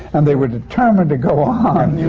and they were determined to go on,